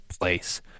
place